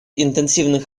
интенсивных